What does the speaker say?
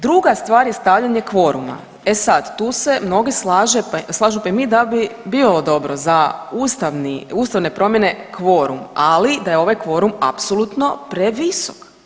Druga stvar je stavljanje kvoruma, e sad tu se mnogi slažu pa i mi da bi bilo ovo dobro za ustavni, ustavne promjene kvorum, ali da je ovaj kvorum apsolutno previsok.